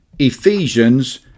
Ephesians